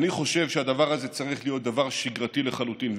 אני חושב שהדבר הזה צריך להיות דבר שגרתי לחלוטין.